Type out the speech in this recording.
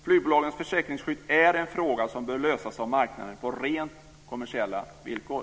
Flygbolagens försäkringsskydd är en fråga som bör lösas av marknaden på rent kommersiella villkor.